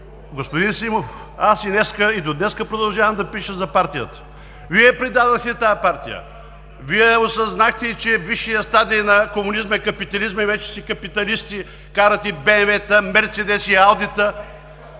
Господин Симов, аз и днес, и до днес продължавам да пиша за Партията. Вие предадохте тази Партия! Вие осъзнахте, че висшият стадий на комунизма е капитализмът и вече сте капиталисти. Карате БМВ-та, мерцедеси, аудита.